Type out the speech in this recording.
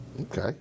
Okay